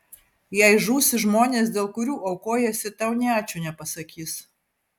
jei žūsi žmonės dėl kurių aukojiesi tau nė ačiū nepasakys